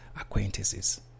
acquaintances